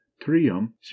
trium